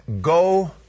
go